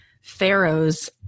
Pharaoh's